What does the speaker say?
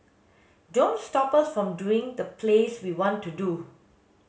don't stop us from doing the plays we want to do